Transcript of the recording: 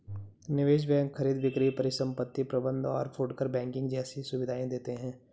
निवेश बैंक खरीद बिक्री परिसंपत्ति प्रबंध और फुटकर बैंकिंग जैसी सुविधायें देते हैं